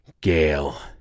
Gale